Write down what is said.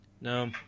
No